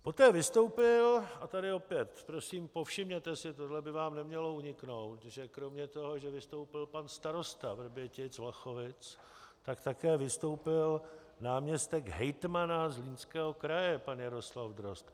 Poté vystoupil a tady opět prosím, povšimněte si, toto by vám nemělo uniknout, že kromě toho, že vystoupil pan starosta Vrbětic, Vlachovic, tak také vystoupil náměstek hejtmana Zlínského kraje pan Jaroslav Drozd.